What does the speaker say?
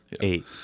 Eight